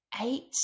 eight